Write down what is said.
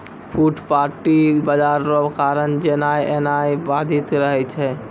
फुटपाटी बाजार रो कारण जेनाय एनाय बाधित रहै छै